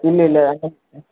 ಇಲ್ಲ ಇಲ್ಲ ಯಾಕೆ